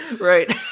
Right